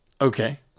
Okay